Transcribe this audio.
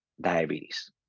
diabetes